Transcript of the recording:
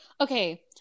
okay